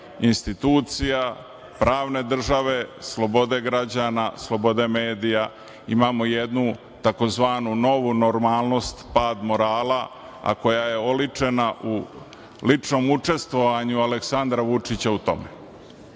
institucija, pravne države, slobode građana, slobode medija. Imamo jednu tzv. novu normalnost, pad morala, a koja je oličena u ličnom učestvovanju Aleksandra Vučića u